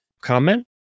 comment